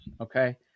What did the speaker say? okay